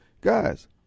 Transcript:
Guys